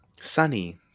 Sunny